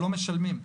לא משלמים.